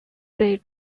they